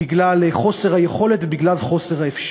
בגלל חוסר היכולת ובגלל חוסר האפשרות.